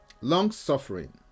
long-suffering